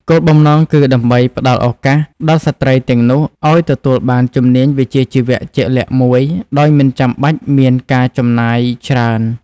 គោលបំណងគឺដើម្បីផ្តល់ឱកាសដល់ស្ត្រីទាំងនោះឱ្យទទួលបានជំនាញវិជ្ជាជីវៈជាក់លាក់មួយដោយមិនចាំបាច់មានការចំណាយច្រើន។